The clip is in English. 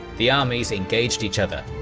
the armies engaged each other.